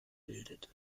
bildet